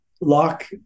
lock